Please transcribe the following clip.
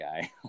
guy